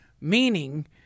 meaning